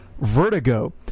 vertigo